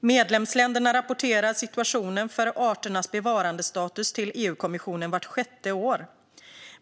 Medlemsländerna rapporterar situationen för arternas bevarandestatus till EU-kommissionen vart sjätte år.